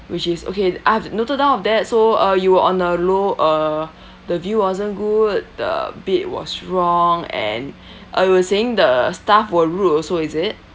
which is okay I've noted down of that so uh you were on a low uh the view wasn't good the bed was wrong and uh you're saying the staff were rude also is it